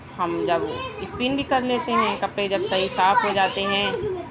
ہم جب اسپین بھی کر لیتے ہیں کپڑے جب صحیح صاف ہو جاتے ہیں